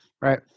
Right